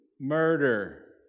Murder